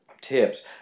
tips